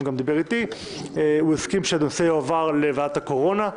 הוא גם דיבר איתי הוא הסכים שהנושא יועבר לוועדת הקורונה,